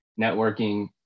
networking